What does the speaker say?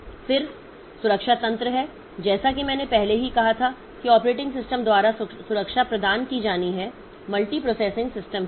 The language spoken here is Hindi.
फिर सुरक्षा सुरक्षा तंत्र हैं जैसा कि मैंने पहले ही कहा था कि ऑपरेटिंग सिस्टम द्वारा सुरक्षा प्रदान की जानी है मल्टीप्रोसेसिंग सिस्टम के लिए